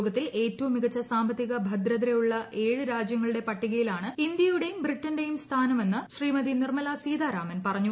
ലോകത്തിൽ ഏറ്റവും മികച്ച സാമ്പത്തിക ഭദ്രതയുള്ള ഏഴ് രാജ്യങ്ങളുടെ പട്ടികയിലാണ് ഇന്ത്യയുടെയും ബ്രിട്ടന്റേയും സ്ഥാനമെന്ന് ശ്രീമതി നിർമ്മല സീതാരാമൻ പറഞ്ഞു